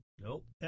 Nope